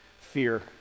fear